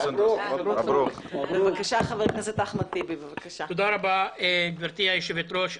תודה רבה גברתי היושבת ראש.